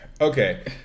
Okay